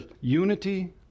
unity